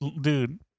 dude